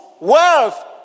wealth